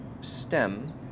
stem